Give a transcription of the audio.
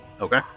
Okay